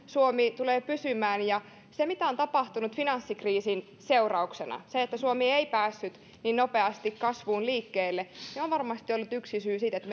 suomi tulee pysymään siihen mitä on tapahtunut finanssikriisin seurauksena että suomi ei päässyt niin nopeasti kasvuun liikkeelle on varmasti ollut yksi syy että